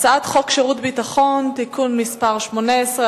הצעת חוק שירות ביטחון (תיקון מס' 18),